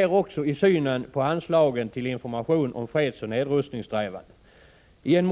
Det går igen i synen på anslagen till information om fredsoch nedrustningssträvanden. I en